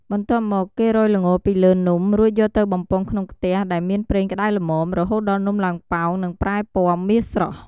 បន្ទាប់មក គេរោយល្ងពីលើនំ រួចយកទៅបំពងក្នុងខ្ទះដែលមានប្រេងក្តៅល្មម រហូតដល់នំឡើងប៉ោង និងប្រែពណ៌មាសស្រស់។